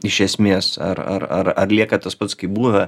iš esmės ar ar ar ar lieka tas pats kaip buvę